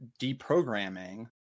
deprogramming